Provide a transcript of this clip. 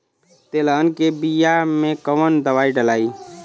तेलहन के बिया मे कवन दवाई डलाई?